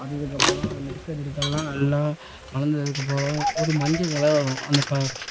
அதுக்கப்புறம் அந்த நெற்கதிர்கள்லாம் நல்லா வளர்ந்ததுக்கப்பறம் ஒரு மஞ்சள் கலர் வரும் அந்த ப